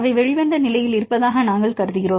அவை வெளிவந்த நிலையில் இருப்பதாக நாங்கள் கருதுகிறோம்